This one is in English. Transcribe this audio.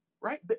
right